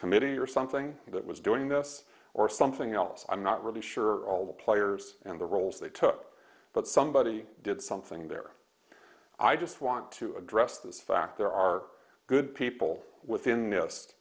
committee or something that was doing this or something else i'm not really sure all the players and the roles they took but somebody did something there i just want to address this fact there are good people within this